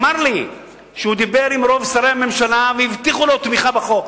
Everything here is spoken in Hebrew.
אמר לי שהוא דיבר עם רוב שרי הממשלה והבטיחו לו תמיכה בחוק,